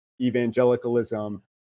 evangelicalism